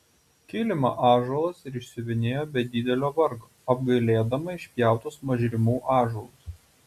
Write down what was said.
kilimą ąžuolas ir išsiuvinėjo be didelio vargo apgailėdama išpjautus mažrimų ąžuolus